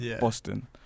Boston